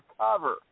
cover